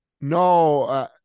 No